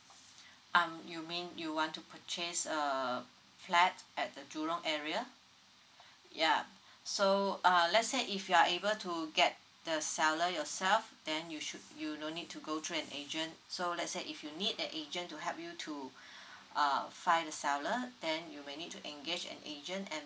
um you mean you want to purchase a flat at the jurong area ya so uh let's say if you are able to get the seller yourself then you should you no need to go through an agent so let's say if you need an agent to help you to uh find the seller then you may need to engage an agent and